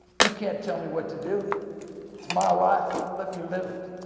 you can't tell me what to do it's my life, let me live it.